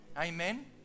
amen